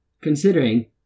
considering